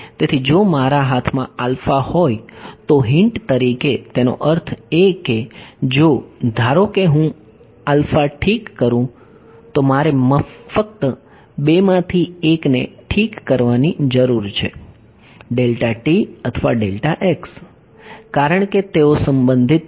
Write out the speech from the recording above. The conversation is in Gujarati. તેથી જો મારા હાથમાં આલ્ફા હોય તો હિંટ તરીકે તેનો અર્થ એ કે જો ધારો કે હું આલ્ફા ઠીક કરું તો મારે ફક્ત બેમાંથી એકને ઠીક કરવાની જરૂર છે અથવા કારણ કે તેઓ સંબંધિત છે